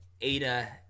Ada